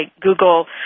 Google